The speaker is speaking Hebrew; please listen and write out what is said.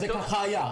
ככה זה היה.